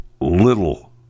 little